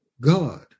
God